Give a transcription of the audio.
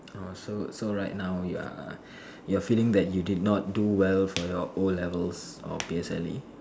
orh so so right now you're you are feeling that you did not do well for your o-levels or P_S_L_E